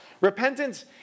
Repentance